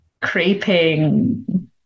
creeping